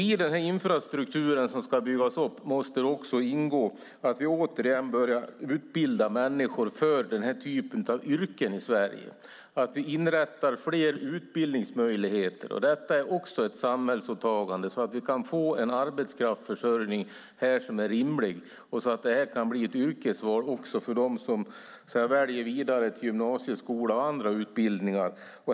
I den infrastruktur som ska byggas upp måste ingå att vi åter börjar utbilda människor för den här typen av yrken i Sverige, att vi inrättar fler utbildningsmöjligheter. Detta är ett samhällsåtagande för att vi ska få en arbetskraftsförsörjning som är rimlig och att det kan bli ett yrkesval för dem som vill vidare till gymnasieskola och väljer bland utbildningarna.